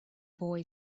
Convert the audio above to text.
boy